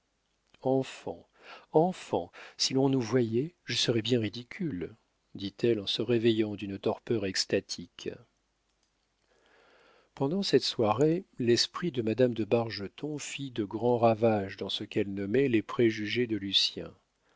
enfant enfant si l'on nous voyait je serais bien ridicule dit-elle en se réveillant d'une torpeur extatique pendant cette soirée l'esprit de madame de bargeton fit de grands ravages dans ce qu'elle nommait les préjugés de lucien